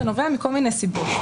זה נובע מכל מיני סיבות.